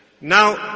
Now